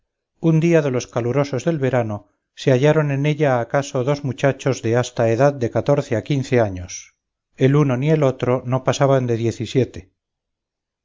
un día de los calurosos del verano se hallaron en ella acaso dos muchachos de hasta edad de catorce a quince años el uno ni el otro no pasaban de